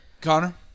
Connor